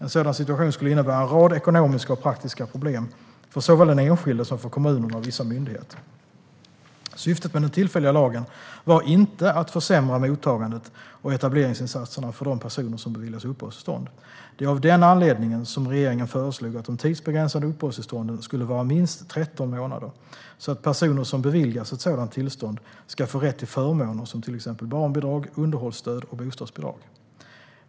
En sådan situation skulle innebära en rad ekonomiska och praktiska problem såväl för den enskilde som för kommunerna och vissa myndigheter. Syftet med den tillfälliga lagen var inte att försämra mottagandet och etableringsinsatserna för de personer som beviljas uppehållstillstånd. Det var av den anledningen som regeringen föreslog att de tidsbegränsade uppehållstillstånden skulle gälla i minst 13 månader så att personer som beviljas ett sådant tillstånd ska få rätt till förmåner som till exempel barnbidrag, underhållsstöd och bostadsbidrag.